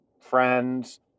friends